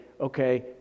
okay